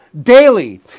daily